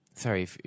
Sorry